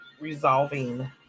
resolving